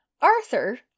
Arthur